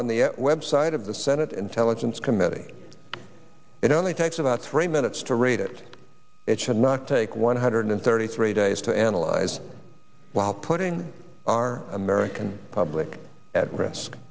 on the website of the senate intelligence committee it only takes about three minutes to read it it should not take one hundred thirty three days to analyze while putting our american public at risk